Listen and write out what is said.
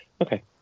Okay